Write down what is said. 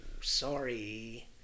Sorry